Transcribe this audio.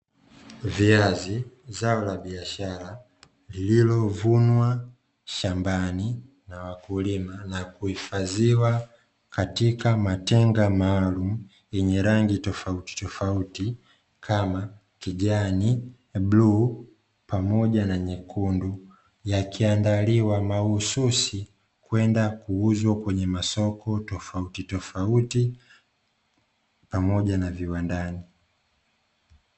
Viazi zao la biashara lililovunwa shambani na wakulima na kuhifadhiwa katika matenga maalumu yenye rangi tofautitofauti kama: kijani, bluu pamoja na nyekundu. Yakiandaliwa mahususi kwenda kuuzwa kwenye masoko tofautitofauti pamoja na viwandani.